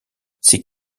ses